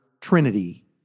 Trinity